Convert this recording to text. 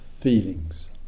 feelings